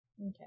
Okay